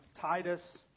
Titus